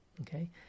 okay